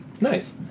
Nice